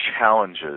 challenges